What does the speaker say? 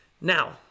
Now